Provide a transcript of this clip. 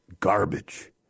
garbage